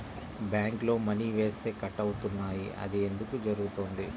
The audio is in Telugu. బ్యాంక్లో మని వేస్తే కట్ అవుతున్నాయి అది ఎందుకు జరుగుతోంది?